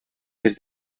des